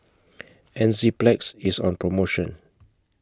Enzyplex IS on promotion